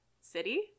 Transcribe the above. city